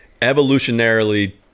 evolutionarily